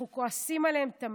אנחנו כועסים עליהם תמיד,